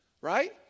Right